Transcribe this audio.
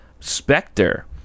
Spectre